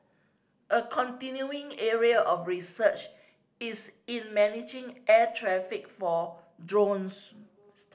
a continuing area of research is in managing air traffic for drones